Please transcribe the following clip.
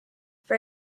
for